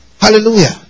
Hallelujah